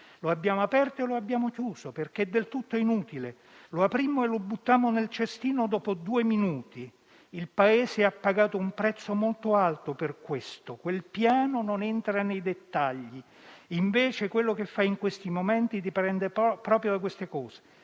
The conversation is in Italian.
hanno aperto e poi richiuso, perché del tutto inutile. Lo aprimmo e lo buttammo nel cestino dopo due minuti. Il Paese ha pagato un prezzo molto alto per questo. Quel piano non entra nei dettagli. Invece, quello che fai in questi momenti dipende proprio da queste cose.